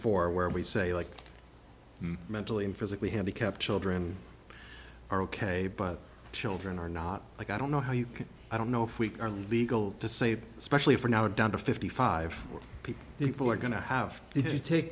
for where we say like mentally and physically handicapped children are ok but children are not like i don't know how you can i don't know if we are legal to save especially for now down to fifty five people people are going to have to take